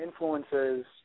influences